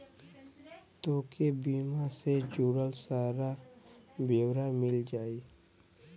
तोके बीमा से जुड़ल सारा ब्योरा मिल जाई